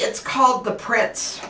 it's called the prince